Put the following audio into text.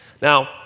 Now